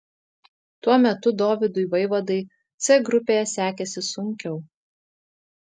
tuo metu dovydui vaivadai c grupėje sekėsi sunkiau